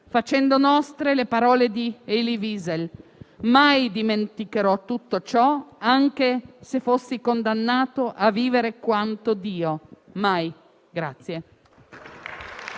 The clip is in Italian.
facendo nostre le parole di Eli Wiesel: «Mai dimenticherò tutto ciò, anche se fossi condannato a vivere quanto Dio stesso. Mai».